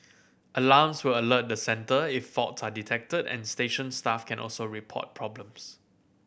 alarms will alert the centre if fault are detected and station staff can also report problems